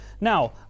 Now